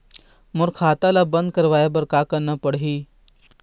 मोर खाता ला बंद करवाए बर का करना पड़ही?